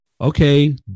okay